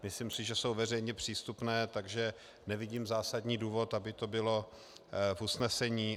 Myslím si, že jsou veřejně přístupné, takže nevidím zásadní důvod, aby to bylo v usnesení.